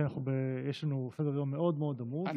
כי יש לנו סדר-יום מאוד מאוד עמוס,